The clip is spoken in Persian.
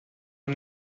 آدم